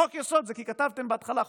חוק-יסוד זה כי כתבתם בהתחלה חוק-יסוד.